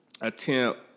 attempt